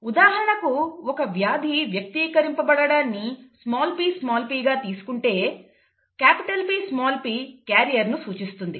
ఉదాహరణకు ఒక వ్యాధి వ్యక్తీకరింపబడడాన్ని pp గా తీసుకుంటే Pp క్యారియర్ ను సూచిస్తుంది